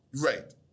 Right